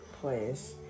place